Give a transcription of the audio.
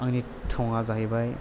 आंनि थङा जाहैबाय